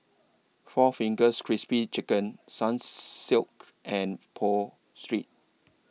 four Fingers Crispy Chicken Sun Silk and Pho Street